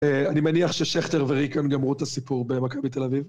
אני מניח ששכטר וריקם גמרו את הסיפור במכבי תל אביב?